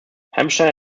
hampshire